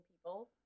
people